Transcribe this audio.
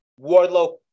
Wardlow